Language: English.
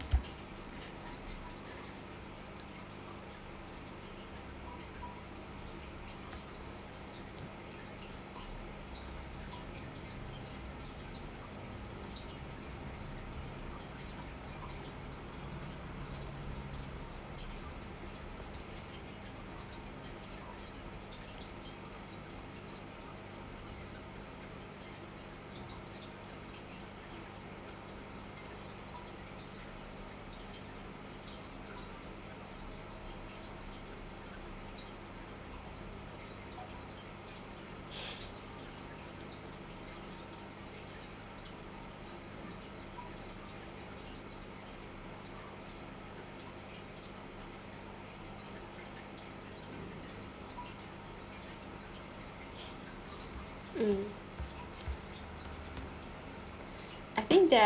mm I think there are